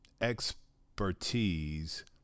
Expertise